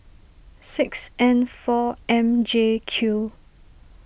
six N four M J Q